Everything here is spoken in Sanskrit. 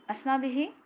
अस्माभिः